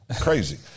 crazy